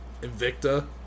Invicta